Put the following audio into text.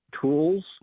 tools